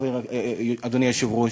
אדוני היושב-ראש,